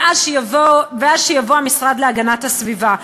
ואז שיבוא המשרד להגנת הסביבה,